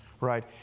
right